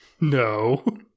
No